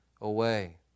away